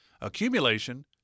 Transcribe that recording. accumulation